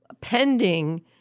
pending